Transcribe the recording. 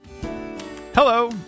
Hello